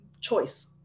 choice